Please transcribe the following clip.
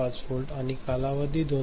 5 volt आणि कालावधी 2